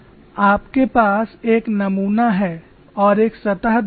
आपके पास एक नमूना है और एक सतह दरार है